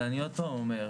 אבל אני עוד פעם אומר,